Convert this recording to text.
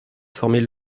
former